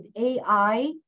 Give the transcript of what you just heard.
AI